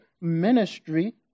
ministry